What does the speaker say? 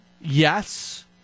yes